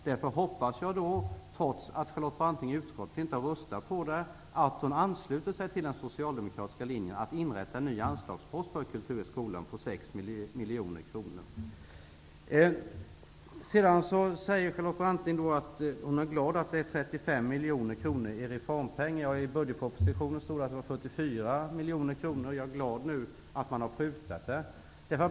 Därför hoppas jag, trots att Charlotte Branting har röstat mot det i utskottet, att hon ansluter sig till den socialdemokratiska linjen att inrätta en ny anslagspost för kultur i skolan på 6 Charlotte Branting säger att hon är glad för att det är fråga om 35 miljoner kronor i reformpengar. I Jag är glad över att man har prutat på summan.